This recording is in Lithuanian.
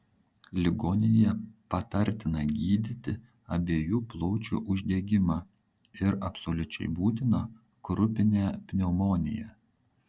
ligoninėje patartina gydyti abiejų plaučių uždegimą ir absoliučiai būtina krupinę pneumoniją